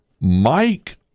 Mike